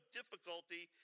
difficulty